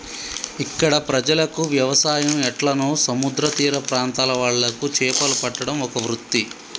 ఇక్కడ ప్రజలకు వ్యవసాయం ఎట్లనో సముద్ర తీర ప్రాంత్రాల వాళ్లకు చేపలు పట్టడం ఒక వృత్తి